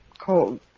cold